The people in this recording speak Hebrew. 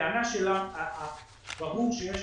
ברור שיש